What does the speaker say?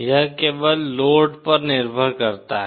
यह केवल लोड पर निर्भर करता है